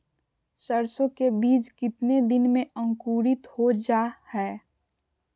सरसो के बीज कितने दिन में अंकुरीत हो जा हाय?